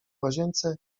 łazience